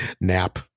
nap